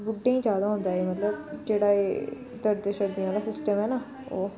बुड्ढें गी ज्यादा होंदा एह् मतलब जेह्ड़ा एह् दर्दें शर्दें आह्ला सिस्टम ऐ ना ओह्